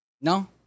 No